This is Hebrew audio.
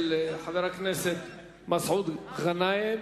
יש הצעה אחרת של חבר הכנסת מסעוד גנאים.